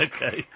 Okay